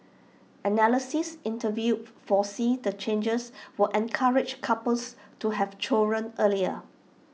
analysts interviewed foresee the changes will encourage couples to have children earlier